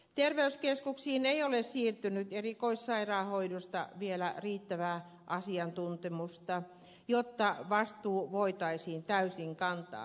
terveyskeskuksiin ei ole siirtynyt erikoissairaanhoidosta vielä riittävää asiantuntemusta jotta vastuu voitaisiin täysin kantaa